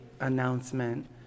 announcement